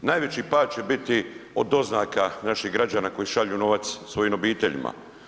Najveći pad će biti od doznaka naših građana koji šalju novac svojim obiteljima.